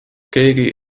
keegi